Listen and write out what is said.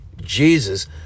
Jesus